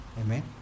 Amen